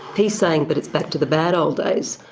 he saying but it's back to the bad old days,